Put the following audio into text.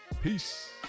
Peace